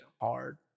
hard